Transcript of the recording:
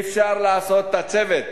אי-אפשר לעשות את הצוות,